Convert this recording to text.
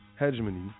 hegemony